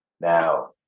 Now